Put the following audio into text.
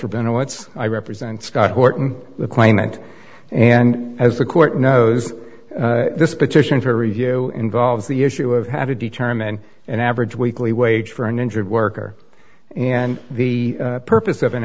rabinowitz i represent scott horton the claimant and as the court knows this petition for review involves the issue of how to determine an average weekly wage for an injured worker and the purpose of an